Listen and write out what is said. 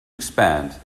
expand